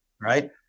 right